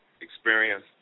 experience